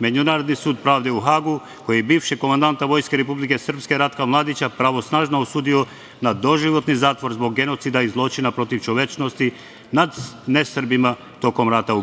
Međunarodni sud pravde u Hagu, koji je bivšeg komandata Vojske Republike Srpske Ratka Mladića pravosnažno osudio na doživotni zatvor zbog genocida i zločina protiv čovečnosti nad nesrbima tokom rata u